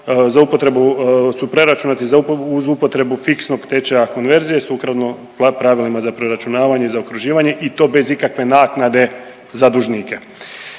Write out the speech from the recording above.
su preračunati za, uz upotrebu fiksnog tečaja konverzije sukladno pravilima za preračunavanje i zaokruživanje i to bez ikakve naknade za dužnike.